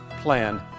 plan